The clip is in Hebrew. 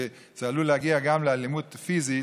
וזה עלול להגיע גם לאלימות פיזית.